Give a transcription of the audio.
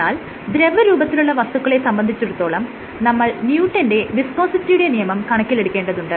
എന്നാൽ ദ്രവരൂപത്തിലുള്ള വസ്തുക്കളെ സംബന്ധിച്ചിടത്തോളം നമ്മൾ ന്യൂട്ടന്റെ വിസ്കോസിറ്റിയുടെ നിയമം Newton's Law of Viscosity കണക്കിലെടുക്കേണ്ടതുണ്ട്